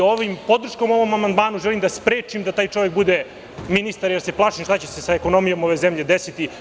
Podrškom ovom amandmanu želim da sprečim da taj čovek bude ministar, jer se plašim šta će se sa ekonomijom ove zemlje desiti.